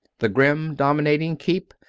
the grim dominating keep,